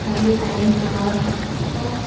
खा'ल्ली time pass बस